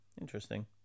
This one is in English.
interesting